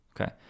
okay